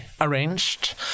arranged